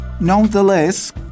Nonetheless